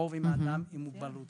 קרוב עם האדם עם מוגבלות.